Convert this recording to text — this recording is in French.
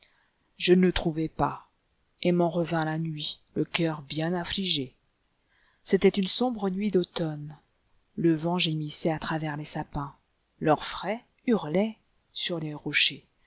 je ne le trouvai pas et m'en revins la nuit le cœur bien affligé ce c'était une sombre nuit d'automne lèvent gémissait à travers les sapins l'orfraie hurlait sur les rochers